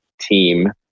team